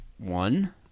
one